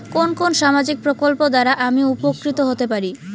কোন কোন সামাজিক প্রকল্প দ্বারা আমি উপকৃত হতে পারি?